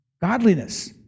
godliness